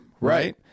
Right